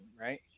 right